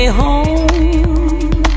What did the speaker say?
home